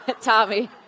Tommy